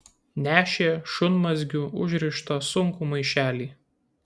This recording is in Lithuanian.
nešė šunmazgiu užrištą sunkų maišelį